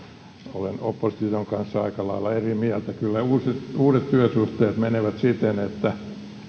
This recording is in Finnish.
olen opposition kanssa aika lailla eri mieltä kyllä uudet työsuhteet menevät siten että